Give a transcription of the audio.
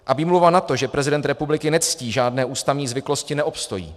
A výmluva na to, že prezident republiky nectí žádné ústavní zvyklosti, neobstojí.